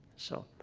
so.